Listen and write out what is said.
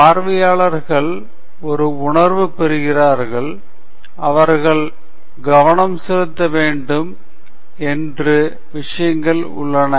பார்வையாளர்கள் ஒரு உணர்வு பெறுகிறார்கள் அவர்கள் கவனம் செலுத்த வேண்டும் என்று விஷயங்கள் உள்ளன